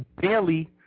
barely